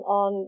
on